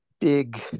big